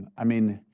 i mean,